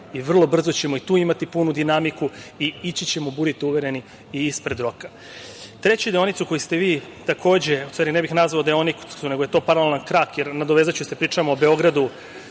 i vrlo brzo ćemo i tu imati punu dinamiku i ići ćemo, budite uvereni, i ispred roka. Treću deonicu koju ste vi, takođe… U stvari, ne bih nazvao deonicu, nego je to paralelan krak, jer, nadovezaću se, pričamo o Beogradu